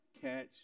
catch